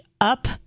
up